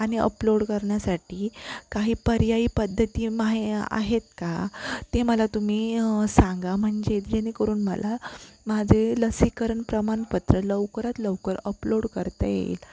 आणि अपलोड करण्यासाठी काही पर्यायी पद्धती माहे आहेत का ते मला तुम्ही सांगा म्हणजे जेणेकरून मला माझे लसीकरण प्रमाणपत्र लवकरात लवकर अपलोड करता येईल